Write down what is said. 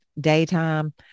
daytime